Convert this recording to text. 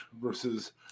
versus